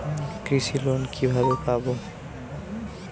কৃষি লোন কিভাবে পাব?